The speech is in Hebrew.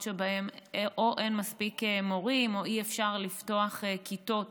שבהם או אין מספיק מורים או אי-אפשר לפתוח כיתות